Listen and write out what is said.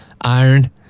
iron